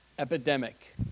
epidemic